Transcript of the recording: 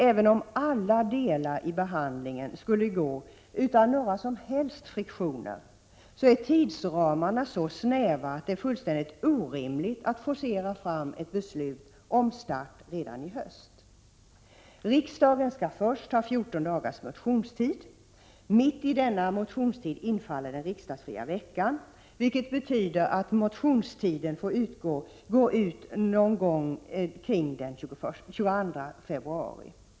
Även om behandlingen till alla delar skulle gå utan några som helst friktioner, är tidsramarna så snäva att det är fullständigt orimligt att forcera fram ett beslut om start redan i höst. Riksdagen skall först ha 14 dagars motionstid. Mitt i denna motionstid infaller den riksdagsfria veckan, vilket betyder att motionstiden går ut omkring den 22 februari.